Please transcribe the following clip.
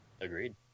Agreed